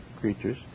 creatures